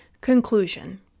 Conclusion